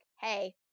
hey